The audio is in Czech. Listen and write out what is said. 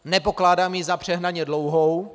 Nepokládám ji za přehnaně dlouhou.